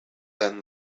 then